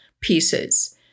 pieces